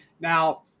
Now